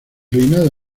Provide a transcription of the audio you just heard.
reinado